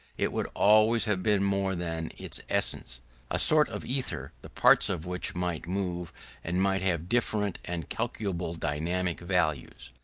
it would always have been more than its essence a sort of ether the parts of which might move and might have different and calculable dynamic values.